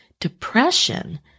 depression